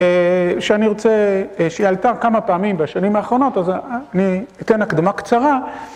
שאני רוצה, שהיא עלתה כמה פעמים בשנים האחרונות, אז אני אתן הקדמה קצרה